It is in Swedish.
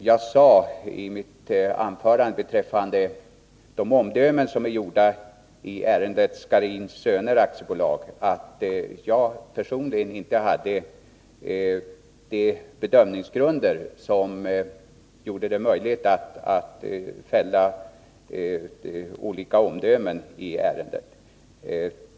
Jag sade i mitt anförande beträffande de omdömen som är gjorda i ärendet Scharins Söner AB att jag personligen inte hade möjlighet att ta ställning till de olika omdömen som fällts i ärendet.